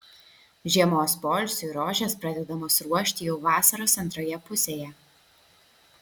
žiemos poilsiui rožės pradedamos ruošti jau vasaros antroje pusėje